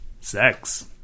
sex